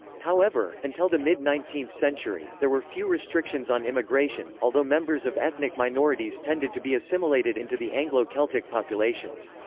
however, until the mid nineteenth century, there were few restrictions on immigration, although members of ethnic minorities tended to be assimilated into the anglo-celtic populations.